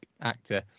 actor